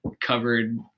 covered